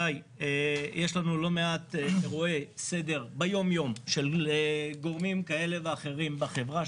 יש לנו לא מעט אירועי הפרות סדר ביום-יום של גורמים כאלה ואחרים בחברה,